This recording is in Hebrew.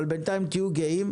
אבל בינתיים תהיו גאים.